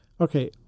Okay